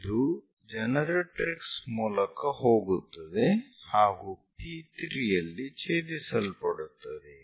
ಇದು ಜನರೇಟರಿಕ್ಸ್ ಮೂಲಕ ಹೋಗುತ್ತದೆ ಹಾಗೂ P3 ಯಲ್ಲಿ ಛೇದಿಸಲ್ಪಡುತ್ತದೆ